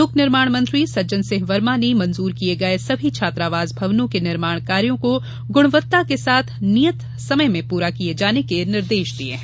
लोक निर्माण मंत्री सज्जन सिंह वर्मा ने मंजूर किये गये सभी छात्रावास भवनों के निर्माण कार्यों को गुणवत्ता के साथ नियत समय में पूरा किये जाने के निर्देश दिये हैं